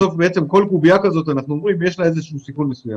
בסוף לכל קובייה כזו יש סיכון מסוים.